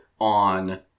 on